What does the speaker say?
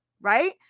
right